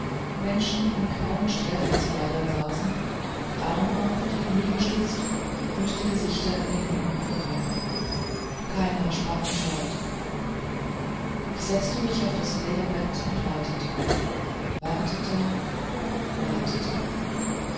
menschen in grauen sträflingskleidern saßen die arme auf die knie gestützt und die gesichter in den händen vergraben keiner sprach ein wort ich setzte mich auf das leere bett und wartete wartete wartete